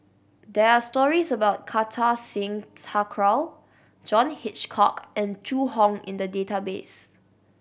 does stories about Kartar Singh Thakral John Hitchcock and Zhu Hong in the database